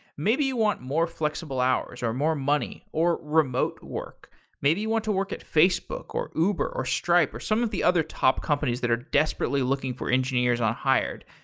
maybe you want more flexible hours, or more money, or remote work maybe you want to work at facebook, or uber, or stripe, or some of the other top companies that are desperately looking for engineers on hired?